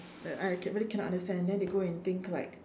uh I I can really cannot understand then they go and think like